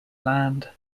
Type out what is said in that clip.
land